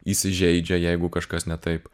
įsižeidžia jeigu kažkas ne taip